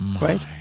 right